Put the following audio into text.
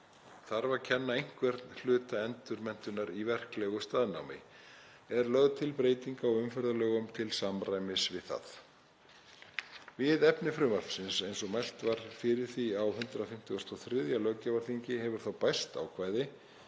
þarf að kenna einhvern hluta endurmenntunar í verklegu staðnámi. Er lögð til breyting á umferðarlögum til samræmis við það. Við efni frumvarpsins eins og mælt var fyrir því á 153. löggjafarþingi hefur þá bæst ákvæði